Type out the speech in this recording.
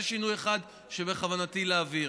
זה שינוי אחד שבכוונתי להעביר.